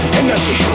energy